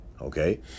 Okay